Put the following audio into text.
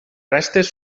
restes